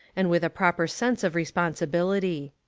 and with a proper sense of responsibility.